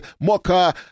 mocha